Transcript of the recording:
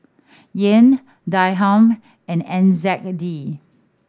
Yen Dirham and N Z D